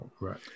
Right